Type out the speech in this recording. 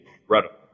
incredible